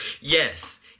Yes